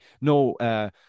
No